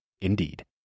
Indeed